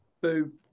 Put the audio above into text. Boom